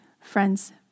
Friends